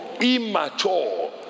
immature